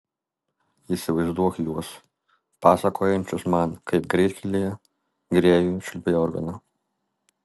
įsivaizduok juos pasakojančius man kaip greitkelyje grėjui čiulpei organą